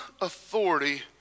authority